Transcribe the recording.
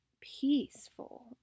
peaceful